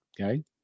okay